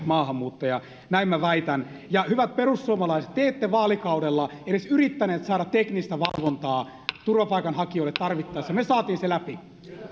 maahanmuuttaja näin minä väitän ja hyvät perussuomalaiset te ette viime vaalikaudella edes yrittäneet saada teknistä valvontaa turvapaikanhakijoille tarvittaessa me saimme sen läpi